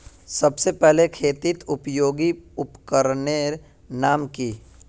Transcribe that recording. सबसे पहले खेतीत उपयोगी उपकरनेर नाम की?